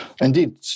Indeed